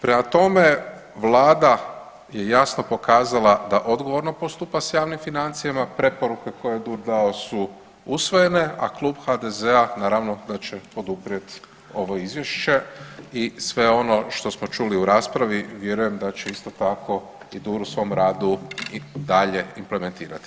Prema tome, vlada je jasno pokazala da odgovorno postupa s javnim financijama, preporuke koje je DUR dao su usvojene, a Klub HDZ-a naravno da će poduprijeti ovo izvješće i sve ono što smo čuli u raspravi vjerujem da će isto tako i DUR u svom radu i dalje implementirati.